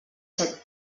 set